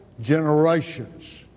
generations